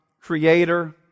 Creator